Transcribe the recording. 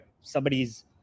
somebody's